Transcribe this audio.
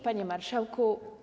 Panie Marszałku!